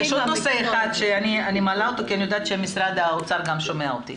יש עוד נושא אחד שאני מעלה אותו כי אני יודעת שמשרד האוצר שומע אותי.